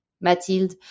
Mathilde